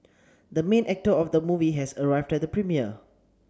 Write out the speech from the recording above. the main actor of the movie has arrived at the premiere